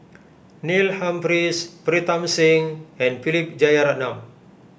Neil Humphreys Pritam Singh and Philip Jeyaretnam